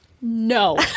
No